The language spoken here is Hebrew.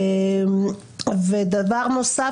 דבר נוסף,